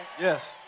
Yes